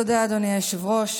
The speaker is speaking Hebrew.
תודה, אדוני היושב-ראש,